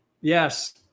yes